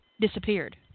disappeared